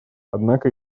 однако